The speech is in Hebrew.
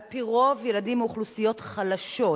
על-פי רוב ילדים מאוכלוסיות חלשות,